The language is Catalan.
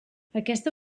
aquesta